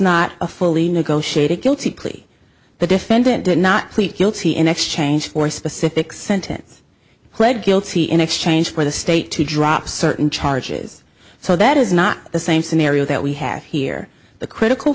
not a fully negotiated guilty plea the defendant did not plead guilty in exchange for a specific sentence pled guilty in exchange for the state to drop certain charges so that is not the same scenario that we have here the critical